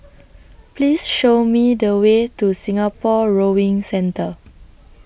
Please Show Me The Way to Singapore Rowing Centre